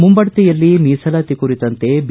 ಮುಂಬಡ್ತಿಯಲ್ಲಿ ಮೀಸಲಾತಿ ಕುರಿತಂತೆ ಬಿ